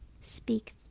speak